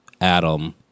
Adam